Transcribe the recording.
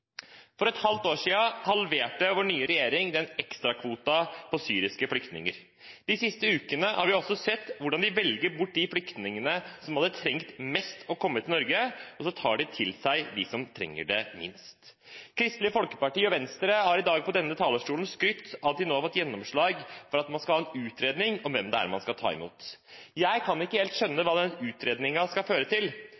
For et halvt år siden halverte vår nye regjering ekstrakvoten for syriske flyktninger. De siste ukene har vi også sett hvordan de velger bort de flyktningene som mest hadde trengt å komme til Norge, og tar imot dem som trenger det minst. Kristelig Folkeparti og Venstre har i dag på denne talerstolen skrytt av at de nå har fått gjennomslag for at man skal ha en utredning om hvem det er man skal ta imot. Jeg kan ikke helt skjønne